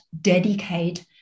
dedicate